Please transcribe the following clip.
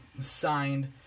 signed